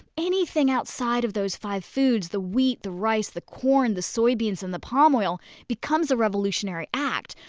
anything outside of those five foods the wheat, the rice, the corn, the soybeans and the palm oil becomes a revolutionary act.